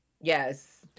Yes